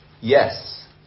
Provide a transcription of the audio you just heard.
Yes